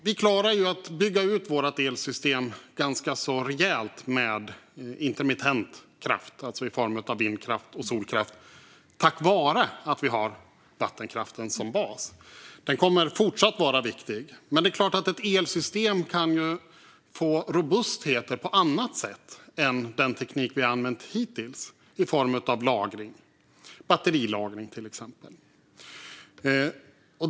Vi klarar att bygga ut vårt elsystem ganska rejält med intermittent kraft, alltså i form av vindkraft och solkraft, tack vare att vi har vattenkraften som bas. Den kommer att fortsätta att vara viktig, men ett elsystem kan bli robust också på annat sätt än med den teknik vi använt hittills, till exempel i form av batterilagring.